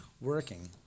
working